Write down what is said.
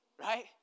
right